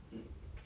like